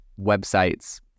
websites